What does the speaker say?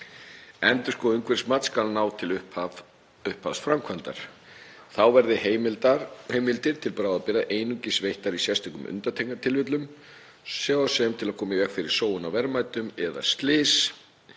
Endurskoðað umhverfismat skal ná til upphafs framkvæmdar. Þá verði heimildir til bráðabirgða einungis veittar í sérstökum undantekningartilvikum, svo sem til að koma í veg fyrir sóun á verðmætum eða slys